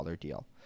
deal